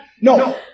No